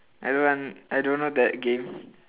I don't want I don't know that game